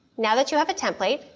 now that you have a template,